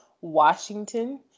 Washington